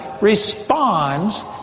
responds